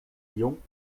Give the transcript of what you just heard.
jong